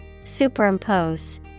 Superimpose